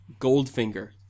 Goldfinger